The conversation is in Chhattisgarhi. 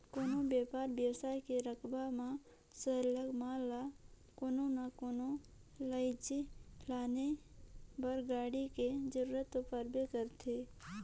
कोनो बयपार बेवसाय के करब म सरलग माल ल कोनो ना कोनो लइजे लाने बर गाड़ी के जरूरत तो परबे करथे